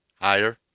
higher